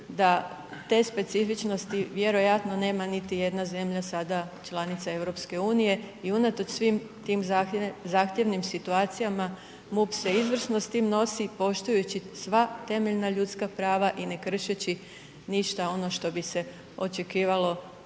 da te specifičnosti vjerojatno nema niti jedna zemlja sada članica EU-a i unatoč svim tim zahtjevnim situacijama, MUP se izvrsno s tim nosi poštujući sva temeljna ljudska prava i ne kršeći ništa ono što bi se očekivalo